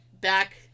back